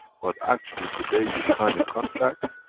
but actually, the day you sign a contract,